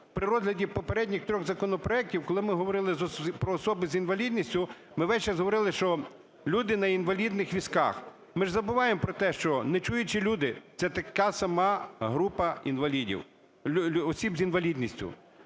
при розгляді попередніх трьох законопроектів, коли ми говорили про осіб з інвалідністю, ми весь час говорили, що люди на інвалідних візках. Ми ж забуваємо про те, що нечуючі люди – це така сама група інвалідів, осіб з інвалідністю.